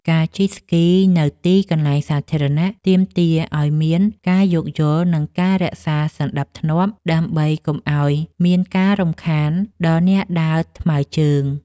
ការជិះស្គីនៅទីកន្លែងសាធារណៈ ទាមទារឱ្យមានការយោគយល់ និងការរក្សាសណ្ដាប់ធ្នាប់ ដើម្បីកុំឱ្យមានការរំខានដល់អ្នកដើរថ្មើរជើង។